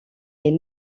est